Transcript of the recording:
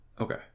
Okay